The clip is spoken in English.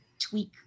tweak